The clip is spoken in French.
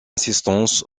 assistance